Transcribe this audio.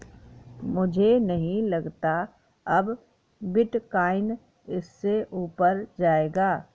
मुझे नहीं लगता अब बिटकॉइन इससे ऊपर जायेगा